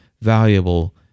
valuable